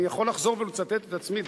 אני יכול לחזור ולצטט את עצמי,